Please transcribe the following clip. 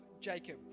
Jacob